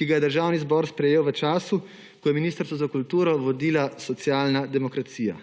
ki ga je Državni zbor sprejel v času, ko je Ministrstvo za kulturo vodila Socialna demokracija.